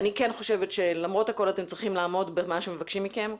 אני כן חושבת שלמרות הכול אתם צריכים לעמוד במה שמבקשים מכם.